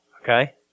Okay